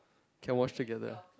can wash together